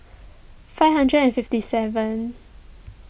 five hundred and fifty seven